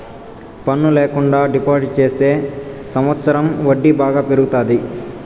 పన్ను ల్యాకుండా డిపాజిట్ చెత్తే సంవచ్చరం వడ్డీ బాగా పెరుగుతాది